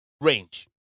range